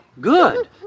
good